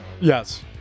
Yes